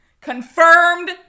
Confirmed